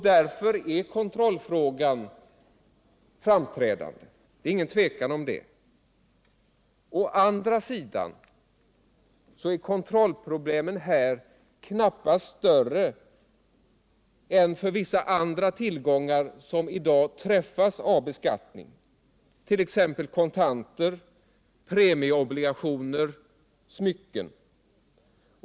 Därför är kontrollfrågan framträdande — det är inget tvivel om det. Å andra sidan är kontrollproblemet här knappast större än för vissa andra tillgångar som i dag träffas av beskattning, t.ex. kontanter, premieobligationer och smycken.